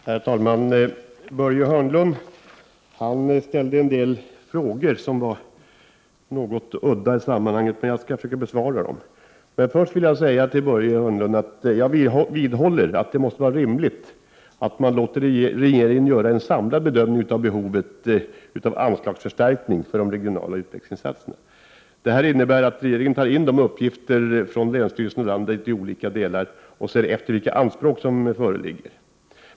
Herr talman! Börje Hörnlund ställde en del frågor som var något udda i sammanhanget, men jag skall försöka besvara dem. Först vill jag dock säga till Börje Hörnlund att jag vidhåller att det måste vara rimligt att låta regeringen göra en samlad bedömning av behovet av anslagsförstärkning för de regionala utvecklingsinsatserna. Det innebär att regeringen tar in uppgifter från länsstyrelserna och ser efter vilka anspråk som ställs.